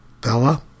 Bella